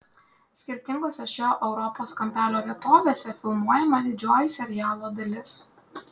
skirtingose šio europos kampelio vietovėse filmuojama didžioji serialo dalis